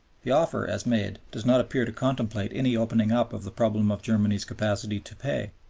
the offer, as made, does not appear to contemplate any opening up of the problem of germany's capacity to pay.